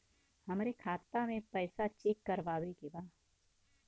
हमरे खाता मे पैसा चेक करवावे के बा?